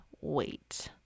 wait